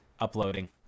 uploading